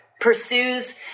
pursues